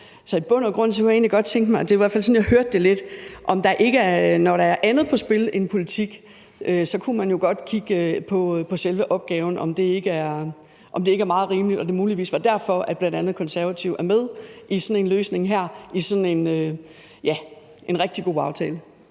jeg i bund og grund godt tænke mig at høre, om man ikke, når der er andet på spil end politik, så godt kunne kigge på selve opgaven, og om det ikke er meget rimeligt, og at det muligvis var derfor, at bl.a. Konservative er med i sådan en løsning i den her rigtig gode aftale?